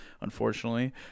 unfortunately